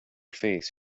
face